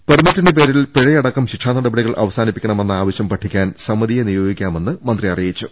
പെർമിറ്റിന്റെ പേരിൽ പിഴയടക്കം ശിക്ഷാ നടപടികൾ അവസാ നിപ്പിക്കണമെന്ന ആവശ്യം പഠിക്കാൻ സമിതിയെ നിയോഗിക്കാമെന്ന് മന്ത്രി അറിയിച്ചു